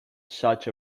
such